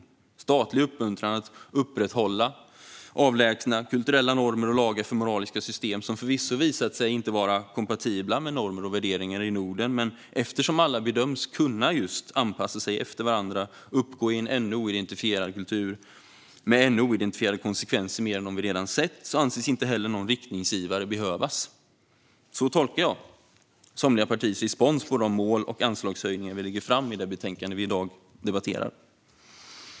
Det är en statlig uppmuntran att upprätthålla avlägsna kulturella normer och lagar för moraliska system som förvisso visat sig vara inkompatibla med normer och värderingar i Norden. Men eftersom alla bedöms kunna anpassa sig efter varandra och uppgå i en ännu oidentifierad kultur med ännu oidentifierade konsekvenser - mer än de vi redan har sett - anses inte heller någon riktningsgivare behövas. På det sättet tolkar jag somliga partiers respons på de mål och anslagshöjningar som Sverigedemokraterna lägger fram i det betänkande som vi debatterar i dag.